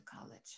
college